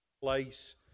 place